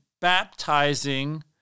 baptizing